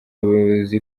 abayobozi